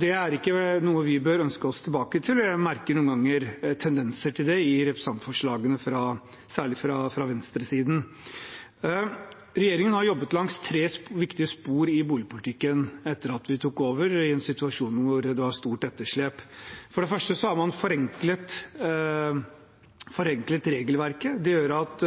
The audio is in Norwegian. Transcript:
Det er ikke noe vi bør ønske oss tilbake til, og jeg merker noen ganger tendenser til det i representantforslagene særlig fra venstresiden. Regjeringen har jobbet langs tre viktige spor i boligpolitikken etter at vi tok over i en situasjon hvor det var stort etterslep. For det første har man forenklet regelverket. Det gjør at